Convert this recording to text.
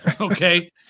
Okay